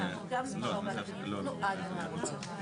יש פה סעיף 5(א) הוא קשור לנושא של ה-ולחו"ף,